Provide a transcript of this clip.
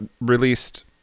released